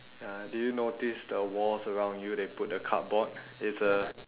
ya did you notice the walls around you they put the cardboard it's a